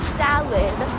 salad